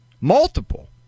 Multiple